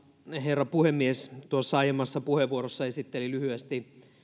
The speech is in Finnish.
herra puhemies aiemmassa puheenvuorossani esittelin lyhyesti